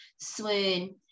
swoon